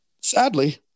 Sadly